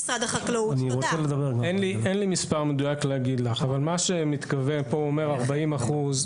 אין לי מספר מדויק להגיד לך אבל מה שהוא מתכוון ואומר 40%,